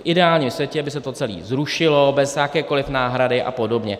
V ideálním světě by se to celé zrušilo bez jakékoliv náhrady a podobně.